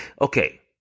Okay